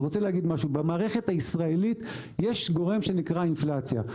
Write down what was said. במערכת הישראלית יש גורם שנקרא אינפלציה,